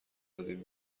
دادیم